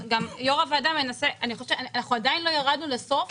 גם יושב ראש הוועדה מנסה אנחנו עדיין לא ירדנו לסוף האיך.